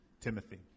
Timothy